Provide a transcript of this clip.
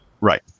Right